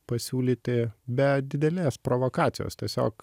pasiūlyti be didelės provokacijos tiesiog